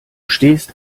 stehst